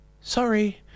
sorry